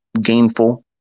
gainful